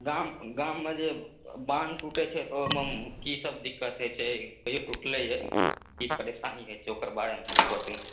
गाममे जे बाँध टूटै छै तऽ ओहिमे की सभ दिक़्क़त होइ छै कहियो टूटलै हँ की परेशानी होइ छै ओकर बारेमे किछु बतबियो